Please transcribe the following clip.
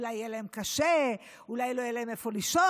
אולי יהיה להם קשה, אולי לא יהיה להם איפה לישון.